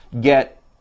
get